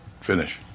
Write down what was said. finish